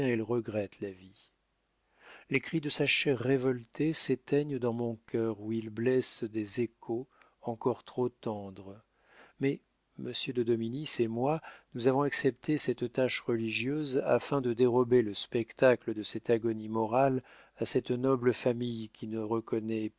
regrette la vie les cris de sa chair révoltée s'éteignent dans mon cœur où ils blessent des échos encore trop tendres mais monsieur de dominis et moi nous avons accepté cette tâche religieuse afin de dérober le spectacle de cette agonie morale à cette noble famille qui ne reconnaît